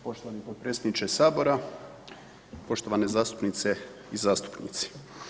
Poštovani potpredsjedniče Sabora, poštovane zastupnice i zastupnici.